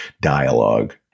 dialogue